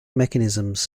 mechanisms